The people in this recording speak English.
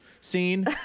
scene